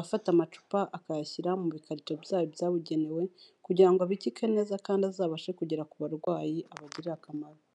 afata amacupa akayashyira mu bikarito byayo byabugenewe kugira ngo abikike neza kandi azabashe kugera ku barwayi abagirire akamaro.